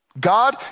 God